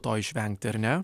to išvengti ar ne